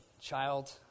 child